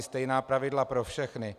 Stejná pravidla pro všechny.